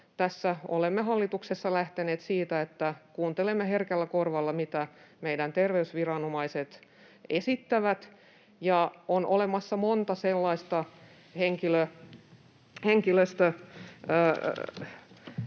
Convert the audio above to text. tässä olemme hallituksessa lähteneet siitä, että kuuntelemme herkällä korvalla, mitä meidän terveysviranomaiset esittävät. On olemassa monta sellaista henkilöstöryhmää,